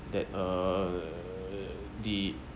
that uh the